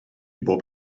bob